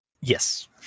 Yes